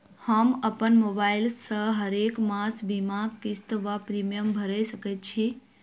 हम अप्पन मोबाइल सँ हरेक मास बीमाक किस्त वा प्रिमियम भैर सकैत छी?